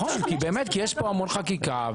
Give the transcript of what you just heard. מי נמנע?